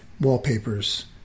wallpapers